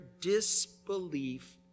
disbelief